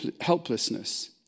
helplessness